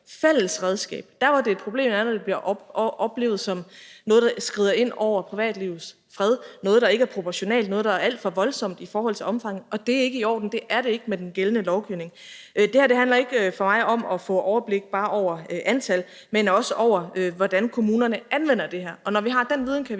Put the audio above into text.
der, hvor det er et problem, er der, hvor det bliver oplevet som noget, der skrider ind i privatlivets fred, noget, der ikke er proportionelt, noget, der er alt for voldsomt i forhold til omfang, og det er ikke i orden – det er det ikke med den gældende lovgivning. Det her handler for mig ikke om at få overblik over bare antallet, men også over, hvordan kommunerne anvender det her. Og når vi har den viden, kan vi